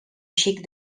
xic